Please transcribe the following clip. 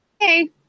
Hey